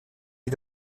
est